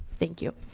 thank you.